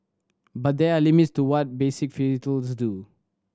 but there are limits to what basic filters do